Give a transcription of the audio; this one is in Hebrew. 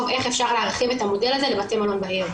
איך אפשר להרחיב את המודל הזה לבתי מלון בעיר.